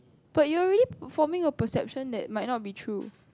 but you're already forming a perception that might not be true